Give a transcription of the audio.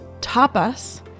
Tapas